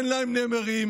אין להם נמרים,